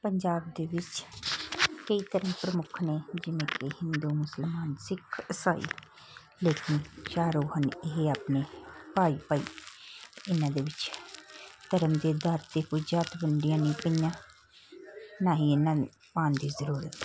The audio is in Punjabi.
ਪੰਜਾਬ ਦੇ ਵਿੱਚ ਕਈ ਧਰਮ ਪ੍ਰਮੁੱਖ ਨੇ ਜਿਵੇਂ ਕਿ ਹਿੰਦੂ ਮੁਸਲਮਨ ਸਿੱਖ ਈਸਾਈ ਲੇਕਿਨ ਚਾਰੋਂ ਹਨ ਇਹ ਆਪਣੇ ਭਾਈ ਭਾਈ ਇਹਨਾਂ ਦੇ ਵਿੱਚ ਧਰਮ ਦੇ ਅਧਾਰ 'ਤੇ ਕੋਈ ਜਾਤ ਵੰਡੀਆਂ ਨਹੀਂ ਪਈਆਂ ਨਾ ਹੀ ਇਹਨਾਂ ਨੂੰ ਪਾਉਣ ਦੀ ਜ਼ਰੂਰਤ ਹੈ